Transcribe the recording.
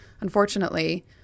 unfortunately